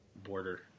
border